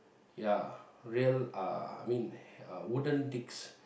ya real uh I mean uh wooden dicks